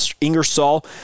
Ingersoll